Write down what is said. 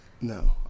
No